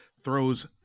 throws